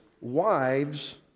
wives